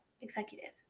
Executive